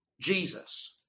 Jesus